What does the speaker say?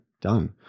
done